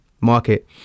market